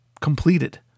completed